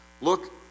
Look